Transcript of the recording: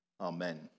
Amen